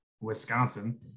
Wisconsin